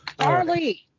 Charlie